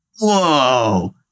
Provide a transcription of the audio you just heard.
Whoa